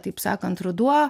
taip sakant ruduo